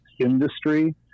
industry